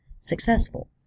successful